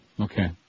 Okay